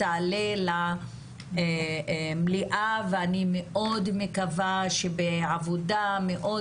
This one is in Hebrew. תעלה למליאה ואני מאוד מקווה שבעבודה מאוד